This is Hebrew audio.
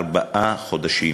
ארבעה חודשים.